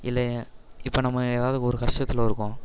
இல்லை இப்போ நம்ம ஏதாவது ஒரு கஷ்டத்துல இருக்கோம்